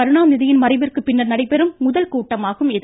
கருணாநிதியின் மறைவிற்கு பின்னர் நடைபெறும் முதல்கூட்டமாகும் இது